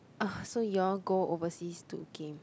so you'll go overseas to game